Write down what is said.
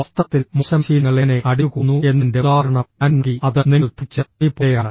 വാസ്തവത്തിൽ മോശം ശീലങ്ങൾ എങ്ങനെ അടിഞ്ഞുകൂടുന്നു എന്നതിന്റെ ഉദാഹരണം ഞാൻ നൽകി അത് നിങ്ങൾ ധരിച്ച തുണി പോലെയാണ്